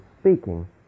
speaking